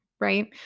right